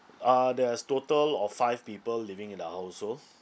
uh there is total of five people living in the household